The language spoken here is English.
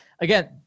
Again